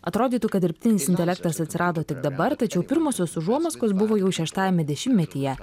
atrodytų kad dirbtinis intelektas atsirado tik dabar tačiau pirmosios užuomazgos buvo jau šeštajame dešimtmetyje